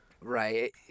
right